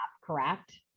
Correct